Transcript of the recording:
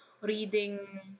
reading